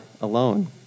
alone